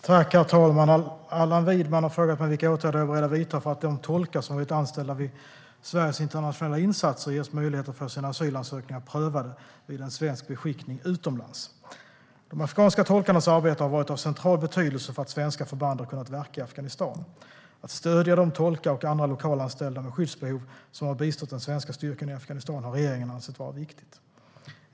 Herr talman! Allan Widman har frågat mig vilka åtgärder jag är beredd att vidta för att de tolkar som varit anställda vid Sveriges internationella insatser ges möjlighet att få sina asylansökningar prövade vid en svensk beskickning utomlands. De afghanska tolkarnas arbete har varit av central betydelse för att svenska förband har kunnat verka i Afghanistan. Att stödja de tolkar och andra lokalanställda med skyddsbehov som har bistått den svenska styrkan i Afghanistan har regeringen ansett vara viktigt.